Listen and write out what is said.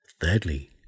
Thirdly